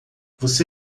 você